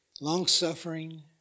long-suffering